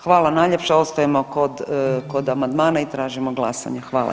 Hvala najljepša, ostajemo kod, kod amandmana i tražimo glasanje.